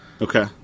Okay